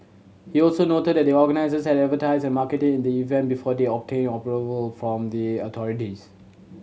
he also noted that the organisers had advertised and marketed the event before they obtained approval from the authorities